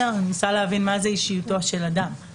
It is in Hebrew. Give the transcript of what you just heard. אני מנסה להבין מה זה אישיותו של אדם.